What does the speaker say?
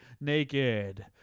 naked